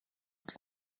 und